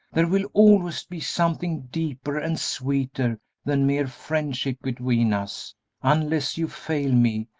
there will always be something deeper and sweeter than mere friendship between us unless you fail me,